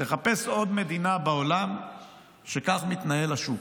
תחפש עוד מדינה בעולם שבה כך מתנהל השוק.